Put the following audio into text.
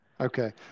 Okay